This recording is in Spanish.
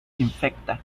infecta